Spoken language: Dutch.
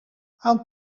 aan